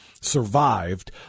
survived